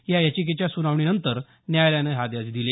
या याचिकेच्या सुनावणीनंतर न्यायालयानं हे आदेश दिले